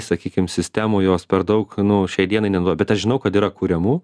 sakykim sistemų jos per daug nu šiai dienai nenaudo bet aš žinau kad yra kuriamų